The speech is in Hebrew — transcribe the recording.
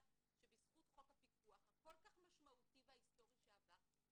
שבזכות חוק הפיקוח הכל כך משמעותי והיסטורי שעבר,